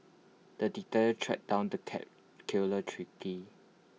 the detective tracked down the cat killer